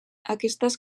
aquestes